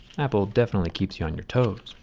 apple definitely keeps you on your toes.